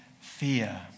fear